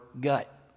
gut